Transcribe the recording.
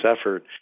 effort